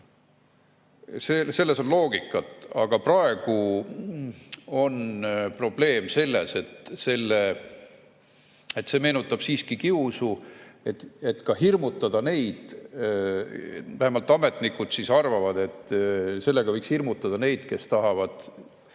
Selles on loogikat. Aga praegu on probleem selles, et see meenutab siiski kiusu, et ka hirmutada neid – vähemalt ametnikud arvavad, et sellega võiks hirmutada neid –, kes tahavad